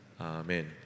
Amen